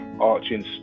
arching